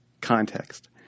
context